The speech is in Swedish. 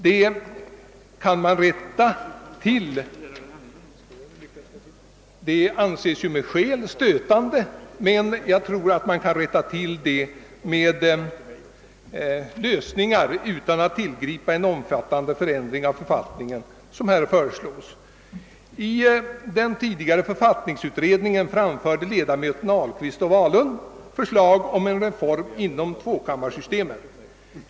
Detta missförhållande anses med rätta stötande, men jag tror att man kan finna en lösning utan att behöva tillgripa den omfattande ändring av riksdagen som här föreslås. I den tidigare författningsutredningen framförde ledamöterna Ahlkvist och Wahlund förslag om en reform inom tvåkammarsystemets ram.